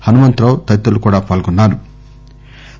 హనుమంతరావు తదితరులు కూడా పాల్గొన్సారు